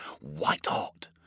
white-hot